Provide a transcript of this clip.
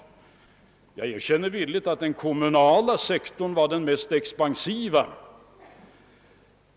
Jag erkänner villigt att den kommunala sektorn var den mest expansiva.